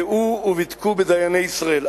צאו ובדקו בדייני ישראל".